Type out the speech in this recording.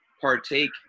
partake